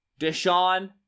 Deshaun